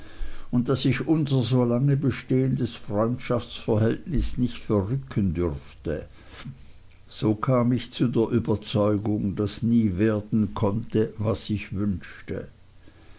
und daß ich unser so lange bestehendes freundschaftsverhältnis nicht verrücken dürfte so kam ich zu der überzeugung daß nie werden konnte was ich wünschte